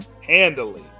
Handily